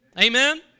amen